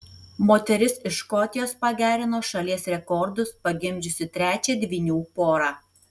moteris iš škotijos pagerino šalies rekordus pagimdžiusi trečią dvynių porą